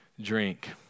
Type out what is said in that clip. drink